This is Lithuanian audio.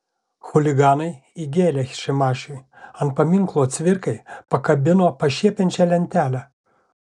chuliganai įgėlė šimašiui ant paminklo cvirkai pakabino pašiepiančią lentelę